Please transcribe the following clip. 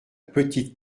petite